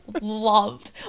loved